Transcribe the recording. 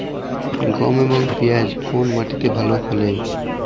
গম এবং পিয়াজ কোন মাটি তে ভালো ফলে?